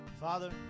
Father